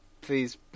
please